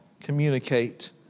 communicate